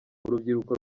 urubyiruko